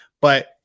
but-